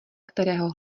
kterého